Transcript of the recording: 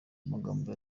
amagambo